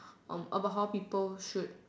um about how people should